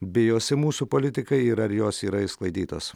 bijosi mūsų politikai ir ar jos yra išsklaidytos